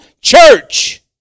church